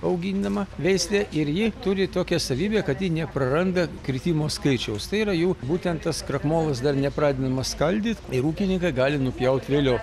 auginama veislė ir ji turi tokią savybę kad ji nepraranda kritimo skaičiaus tai yra jų būtent tas krakmolas dar nepradedamas skaldyt tai ūkininkai gali nupjaut vėliau